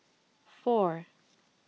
four